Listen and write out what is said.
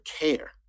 care